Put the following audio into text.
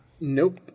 Nope